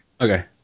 Okay